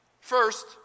First